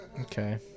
Okay